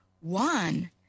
one